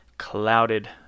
clouded